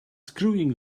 screwing